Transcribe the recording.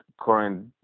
current